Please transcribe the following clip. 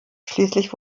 schließlich